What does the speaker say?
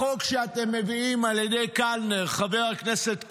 החוק שאתם מביאים על ידי קלנר, חבר הכנסת קלנר,